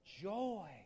Joy